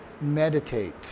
Meditate